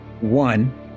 one